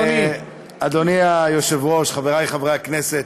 אדוני היושב-ראש, חברי חברי הכנסת,